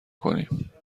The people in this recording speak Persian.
کنیم